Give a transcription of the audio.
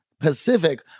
Pacific